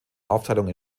aufteilung